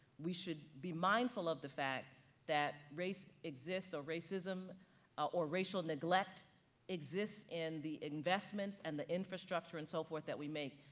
we should be mindful of the fact that race exists or racism or racial neglect exists in the investments and the infrastructure and so forth that we make.